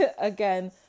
again